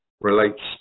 relates